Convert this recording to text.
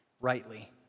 rightly